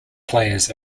players